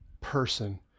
person